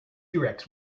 rex